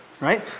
right